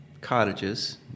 cottages